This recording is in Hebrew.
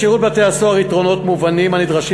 לשירות בתי-הסוהר יתרונות מובנים הנדרשים